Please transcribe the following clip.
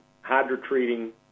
hydro-treating